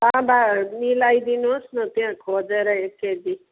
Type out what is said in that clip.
ताँबा मिलाइदिनुहोस् न त्यहाँ खोजेर एक केजी